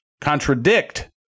contradict